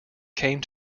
came